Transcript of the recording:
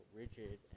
rigid